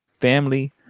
family